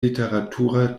literatura